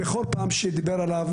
בכל פעם שנציג משרד החינוך דיבר עליו